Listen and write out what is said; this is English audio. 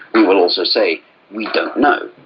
and will also say we don't know,